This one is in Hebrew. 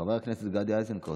חבר הכנסת גדי איזנקוט,